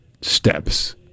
steps